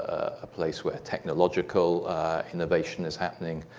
a place where technological innovation is happening.